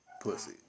pussy